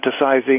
fantasizing